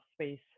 space